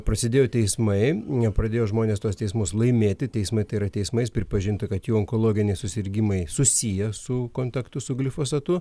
prasidėjo teismai pradėjo žmonės tuos teismus laimėti teismai tai yra teismais pripažinta kad jų onkologiniai susirgimai susiję su kontaktu su glifosatu